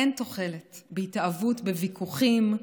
אין תוחלת בהתאהבות בוויכוחים,